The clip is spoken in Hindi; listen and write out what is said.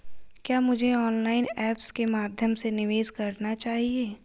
क्या मुझे ऑनलाइन ऐप्स के माध्यम से निवेश करना चाहिए?